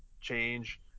change